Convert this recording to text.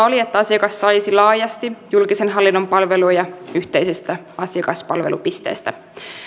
oli että asiakas saisi laajasti julkisen hallinnon palveluja yhteisestä asiakaspalvelupisteestä